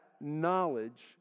knowledge